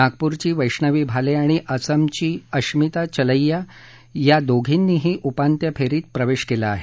नागप्रची वैष्णवी भाले आणि असमची अश्मिता चलैया या दोघींनीही उपांत्य फेरीत प्रवेश केला आहे